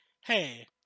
hey